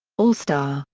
all-star,